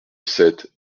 sept